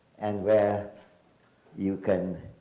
and where you can,